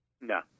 No